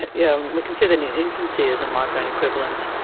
yeah and we can see that in infancy as a migraine equivalent,